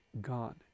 gone